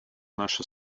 наша